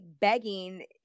begging